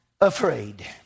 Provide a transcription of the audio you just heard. afraid